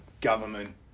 government